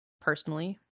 Personally